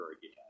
again